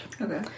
Okay